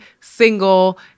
single